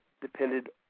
depended